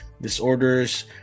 disorders